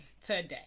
Today